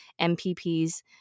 MPPs